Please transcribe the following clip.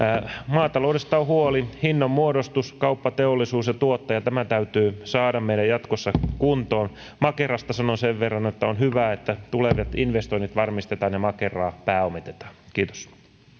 maataloudesta on huoli hinnanmuodostus kauppa teollisuus ja tuottaja nämä täytyy saada meillä jatkossa kuntoon makerasta sanon sen verran että on on hyvä että tulevat investoinnit varmistetaan ja makeraa pääomitetaan kiitos